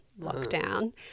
lockdown